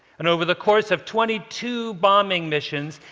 and over the course of twenty two bombing missions,